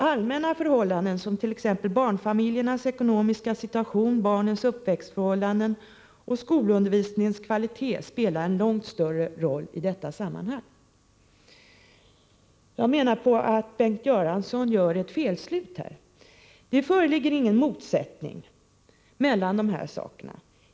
Allmänna förhållanden som t.ex. barnfamiljernas ekonomiska situation, barnens uppväxtförhållanden och skolundervisningens kvalitet spelar en långt större roll i detta sammanhang.” Jag menar att Bengt Göransson här gör ett felslut. Det föreligger ingen motsättning mellan dessa faktorer.